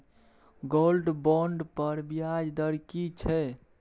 Gold bond पर ब्याज दर की छै?